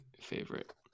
favorite